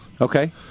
Okay